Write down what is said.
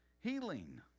Healing